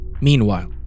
Meanwhile